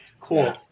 Cool